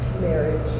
marriage